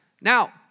Now